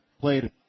played